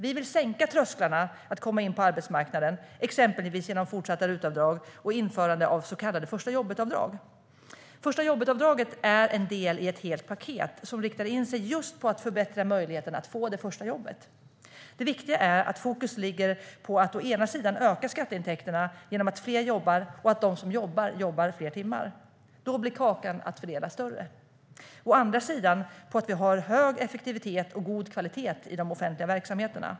Vi vill sänka trösklarna för att komma in på arbetsmarknaden, exempelvis genom fortsatta RUT-avdrag och införande av så kallade förstajobbetavdrag. Förstajobbetavdraget är en del i ett helt paket som riktar in sig just på att förbättra möjligheterna att få det första jobbet. Det viktiga är att fokus ligger på att å ena sidan öka skatteintäkterna genom att fler jobbar och att de som jobbar arbetar fler timmar. Då blir kakan att fördela större. Å andra sidan ska det vara hög effektivitet och god kvalitet i de offentliga verksamheterna.